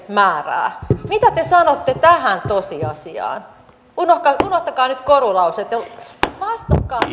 määrää mitä te sanotte tähän tosiasiaan unohtakaa nyt korulauseet ja vastatkaa